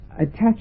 attached